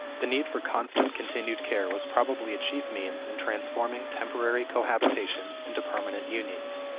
the need for constant continued care was probably a chief means in transforming temporary cohabitations into permanent unions.